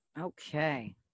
Okay